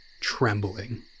trembling